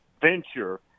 venture